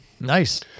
Nice